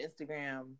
Instagram